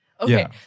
Okay